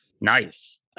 Nice